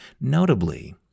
Notably